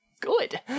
good